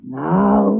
now